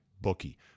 bookie